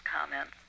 comments